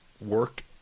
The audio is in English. work